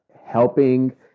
helping